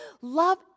Love